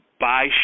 buy